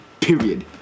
Period